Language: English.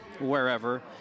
wherever